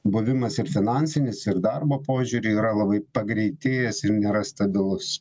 buvimas ir finansinis ir darbo požiūriu yra labai pagreitėjęs ir nėra stabilus